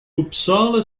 uppsala